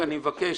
אני מבקש.